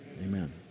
amen